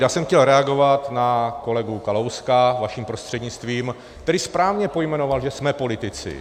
Já jsem chtěl reagovat na kolegu Kalouska vaším prostřednictvím, který správně pojmenoval, že jsme politici.